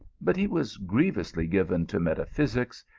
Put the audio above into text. but he was grievously given to metaphysics,